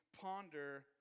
ponder